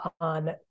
on